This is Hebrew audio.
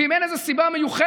אם אין איזושהי סיבה מיוחדת,